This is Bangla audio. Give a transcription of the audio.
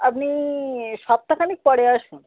আবনি সপ্তাখানিক পরে আসুন